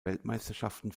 weltmeisterschaften